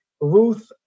Ruth